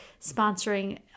sponsoring